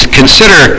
consider